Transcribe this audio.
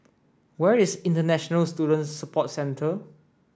where is International Student Support Centre